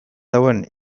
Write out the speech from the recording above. dagoen